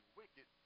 wicked